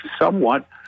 somewhat